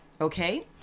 Okay